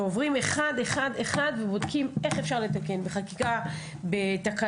עוברים עליו ובודקים איך אפשר לתקן בחקיקה או בתקנות.